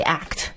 act